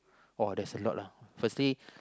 uh oh there's a lot lah firstly